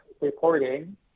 Reporting